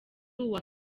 uwa